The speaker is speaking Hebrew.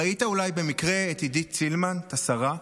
ראית אולי במקרה את עידית סילמן, השרה?